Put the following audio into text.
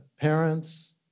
parents